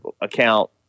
account